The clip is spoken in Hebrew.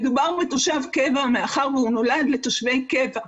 מדובר בתושב קבע מאחר והוא נולד לתושבי קבע.